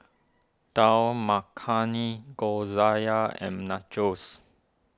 Dal Makhani and Nachos